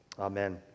Amen